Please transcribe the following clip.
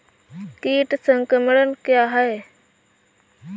कीट संक्रमण क्या है?